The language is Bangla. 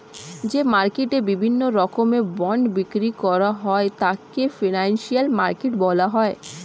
যে মার্কেটে বিভিন্ন রকমের বন্ড বিক্রি করা হয় তাকে ফিনান্সিয়াল মার্কেট বলা হয়